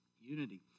unity